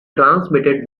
transmitted